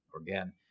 again